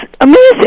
amazing